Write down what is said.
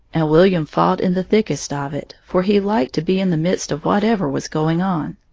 and william fought in the thickest of it, for he liked to be in the midst of whatever was going on.